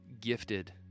gifted